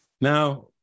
Now